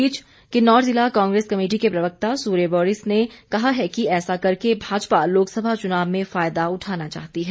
इस बीच किन्नौर जिला कांग्रेस कमेटी के प्रवक्ता सूर्य बोरिस ने कहा है कि ऐसा करके भाजपा लोकसभा चुनाव में फायदा उठाना चाहती है